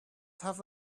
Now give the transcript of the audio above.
have